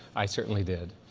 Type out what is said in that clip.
i certainly did.